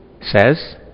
says